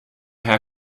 how